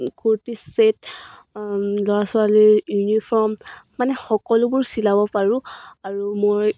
কুৰ্তি ছেট ল'ৰা ছোৱালীৰ ইউনিফৰ্ম মানে সকলোবোৰ চিলাব পাৰোঁ আৰু মই